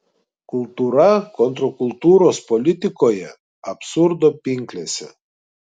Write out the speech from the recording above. kultūra kontrkultūros politikoje absurdo pinklėse